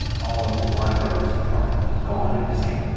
all of the blank rows are gone and missing.